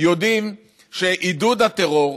יודעים שעידוד הטרור,